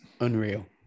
unreal